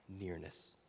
nearness